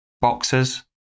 boxers